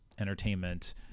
entertainment